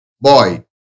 Boy